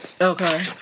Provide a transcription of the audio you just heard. Okay